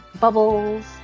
bubbles